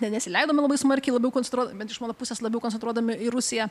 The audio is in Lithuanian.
ne nesileidom labai smarkiai labiau konstruo bet iš mano pusės labiau koncentruodami į rusiją